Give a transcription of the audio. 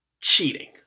cheating